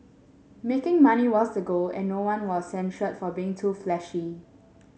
making money was the goal and no one was censured for being too flashy